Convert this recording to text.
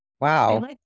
Wow